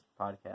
podcast